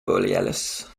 borealis